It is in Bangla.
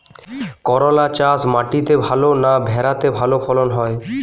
করলা চাষ মাটিতে ভালো না ভেরাতে ভালো ফলন হয়?